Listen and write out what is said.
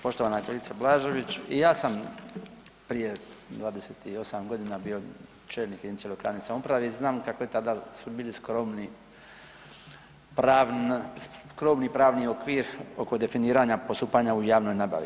Poštovana kolegice Blažević i ja sam prije 28 godina bio čelnik jedinice lokalne samouprave i znam kako je tada su bili skromni pravni … [[ne razumije se]] pravni okvir oko definiranja postupanja u javnoj nabavi.